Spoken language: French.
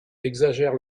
exagère